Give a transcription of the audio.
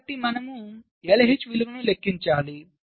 కాబట్టి మనము LH విలువను లెక్కించాలి